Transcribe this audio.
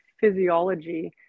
physiology